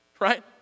right